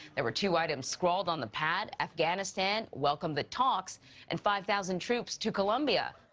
there were two items scrawled on the pad afghanistan, welcome the talks and five thousand troops to colombia.